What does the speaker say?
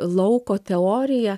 lauko teorija